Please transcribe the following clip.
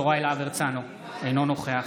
יוראי להב הרצנו, אינו נוכח